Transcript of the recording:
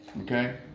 Okay